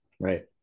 right